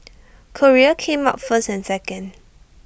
Korea came out first and second